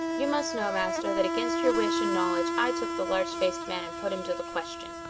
you must know, master, that against your wish and knowledge, i took the large-faced man and put him to the question.